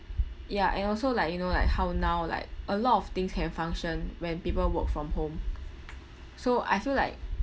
ya and also like you know like how now like a lot of things can function when people work from home so I feel like